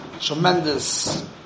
Tremendous